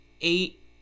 eight